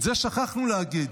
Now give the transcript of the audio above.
את זה שכחנו להגיד: